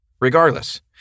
Regardless